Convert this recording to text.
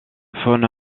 faune